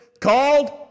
called